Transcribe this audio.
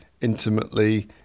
intimately